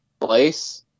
place